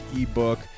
ebook